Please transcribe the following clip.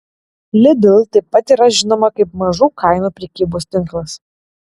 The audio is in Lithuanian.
lidl taip pat yra žinoma kaip mažų kainų prekybos tinklas